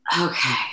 okay